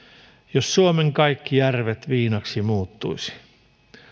jos suomen kaikki järvet viinaksi muuttuisi